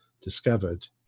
discovered